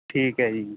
ਠੀਕ ਐ ਜੀ